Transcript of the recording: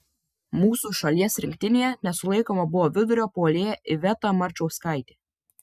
mūsų šalies rinktinėje nesulaikoma buvo vidurio puolėja iveta marčauskaitė